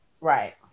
Right